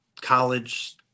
college